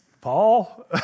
Paul